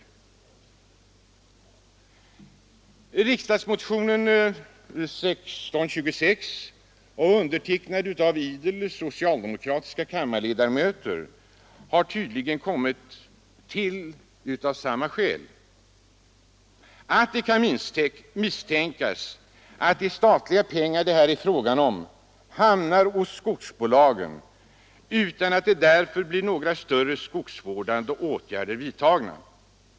Riksdagsmotionen 1626, undertecknad av idel socialdemokratiska kammarledamöter, har nyligen kommit till av samma skäl, nämligen att det kan misstänkas att de statliga pengar som det här är fråga om hamnar hos skogsbolagen utan att därför några större skogsvårdande åtgärder blir vidtagna.